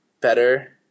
better